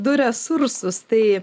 du resursus tai